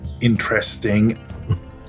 interesting